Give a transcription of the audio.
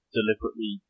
deliberately